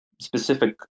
specific